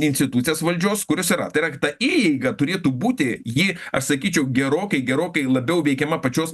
institucijas valdžios kur jos yra tai yra ta įeiga turėtų būti ji aš sakyčiau gerokai gerokai labiau veikiama pačios